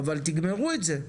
אבל תגמרו את זה.